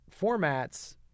formats